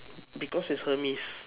because is Hermes